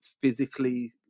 physically